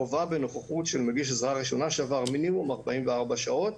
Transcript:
חובה בנוכחות של מגיש עזרה ראשונה שעבר מינימום 44 שעות.